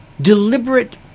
deliberate